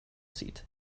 seat